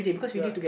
ya